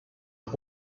are